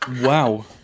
Wow